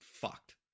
fucked